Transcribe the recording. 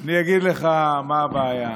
אני אגיד לך מה הבעיה,